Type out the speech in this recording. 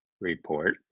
report